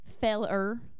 feller